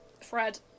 Fred